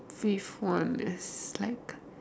fifth one is like